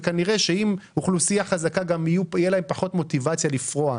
וכנראה שאם האוכלוסייה תהיה יותר חזקה תהיה להם פחות מוטיבציה לפרוע,